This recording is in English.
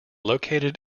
located